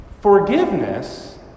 Forgiveness